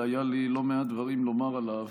והיו לי לא מעט דברים לומר עליו,